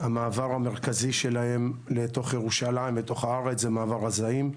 המעבר המרכזי שלהם לתוך ירושלים לתוך הארץ זה מעבר א-זעיים,